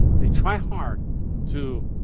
they try hard to